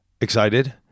Excited